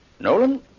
Nolan